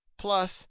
plus